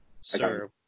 Sir